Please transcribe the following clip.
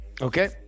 Okay